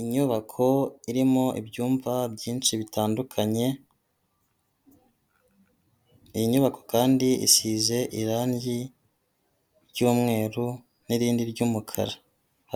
Inyubako irimo ibyumba byinshi bitandukanye, iyi nyubako kandi isize irangi ry'umweru n'irindi ry'umukara,